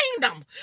kingdom